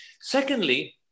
Secondly